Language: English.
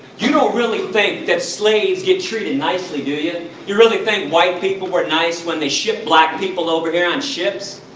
you don't really think that slaves get treated nicely, do you? you really think white people were nice when they shipped black people over hear on ships?